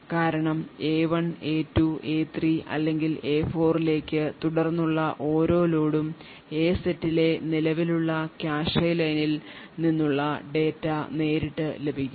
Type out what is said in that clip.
കാരണം A1 A2 A3 അല്ലെങ്കിൽ A4 ലേക്ക് തുടർന്നുള്ള ഓരോ ലോഡും A സെറ്റിലെ നിലവിലുള്ള കാഷെ ലൈനിൽ നിന്നുള്ള ഡാറ്റ നേരിട്ട് ലഭിക്കും